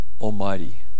Almighty